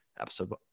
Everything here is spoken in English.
episode